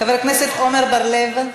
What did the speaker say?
חבר הכנסת עמר בר-לב,